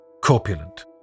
Corpulent